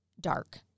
dark